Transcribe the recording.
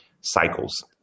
cycles